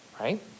Right